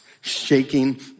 shaking